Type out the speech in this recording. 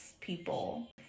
people